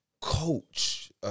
coach